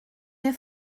here